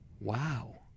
Wow